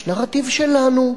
יש נרטיב שלנו.